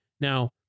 Now